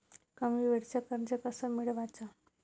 कमी वेळचं कर्ज कस मिळवाचं?